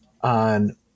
on